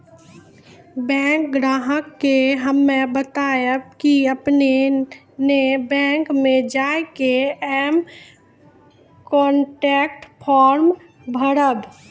bank ग्राहक के हम्मे बतायब की आपने ने बैंक मे जय के एम कनेक्ट फॉर्म भरबऽ